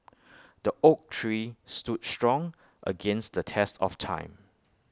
the oak tree stood strong against the test of time